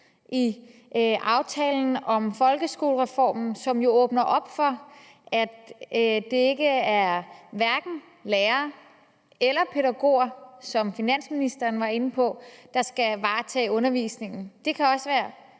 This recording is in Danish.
i aftalen om folkeskolereformen, som åbner op for, at det hverken er lærere eller pædagoger – som finansministeren var inde på – der skal varetage undervisningen. Det kan også være